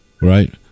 right